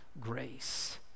grace